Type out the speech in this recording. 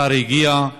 השר הגיע,